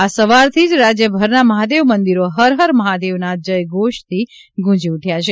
આજ સવારથી જ રાજયભરના મહાદેવ મંદિરો હર હર મહાદેવનો જય ઘોષથી ગુંજી ઉઠયા છે